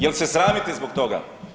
Jel se sramite zbog toga?